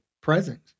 present